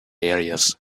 areas